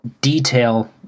detail